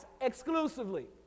exclusively